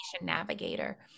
navigator